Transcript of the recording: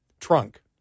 trunk